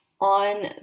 on